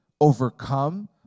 overcome